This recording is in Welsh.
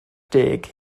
deg